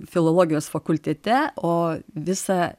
filologijos fakultete o visa